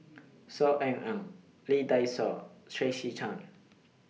Saw Ean Ang Lee Dai Soh Tracey Tan